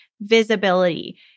visibility